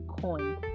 coin